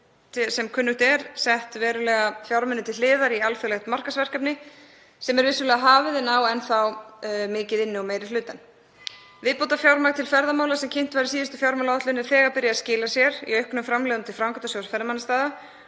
sem kunnugt er sett verulega fjármuni til hliðar í alþjóðlegt markaðsverkefni sem er vissulega hafið en á enn þá mikið inni, meiri hlutann inni. Viðbótarfjármagn til ferðamála sem kynnt var í síðustu fjármálaáætlun er þegar byrjað að skila sér í auknum framlögum til Framkvæmdasjóðs ferðamannastaða